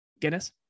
Guinness